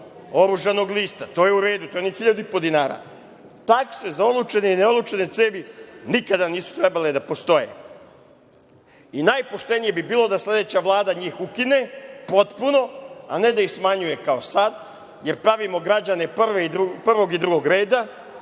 oružanog lista, to je u redu, to nije ni 1.500 dinara. Takse za olučene i neolučene cevi nikada nisu trebale da postoje. Najpoštenije bi bilo da sledeća Vlada njih ukine potpuno, a ne da ih smanjuje kao sada, jer pravimo građane prvog i drugog reda,